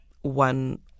one